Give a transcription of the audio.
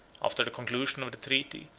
after the conclusion of the treaty,